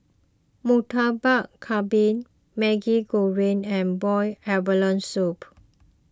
Murtabak Kambing Maggi Goreng and Boiled Abalone Soup